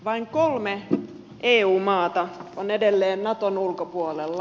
vain kolme eu maata on edelleen naton ulkopuolella